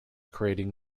creating